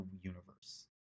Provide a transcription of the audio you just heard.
universe